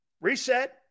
Reset